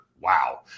Wow